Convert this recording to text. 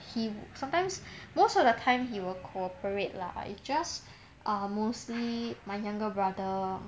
he sometimes most of the time he will cooperate lah it's just uh mostly my younger brother